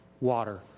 water